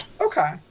Okay